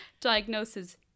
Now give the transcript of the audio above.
diagnosis